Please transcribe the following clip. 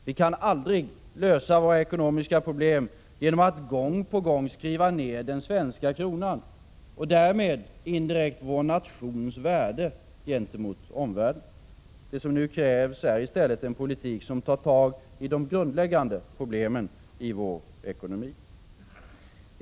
Vi kan aldrig lösa våra ekonomiska problem genom att gång på gång skriva ner den svenska kronans, och därmed indirekt vår nations, värde gentemot omvärlden. Det som nu krävs är i stället en politik som tar tag i de grundläggande problemen i vår ekonomi.